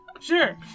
Sure